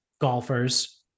golfers